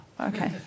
okay